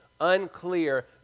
unclear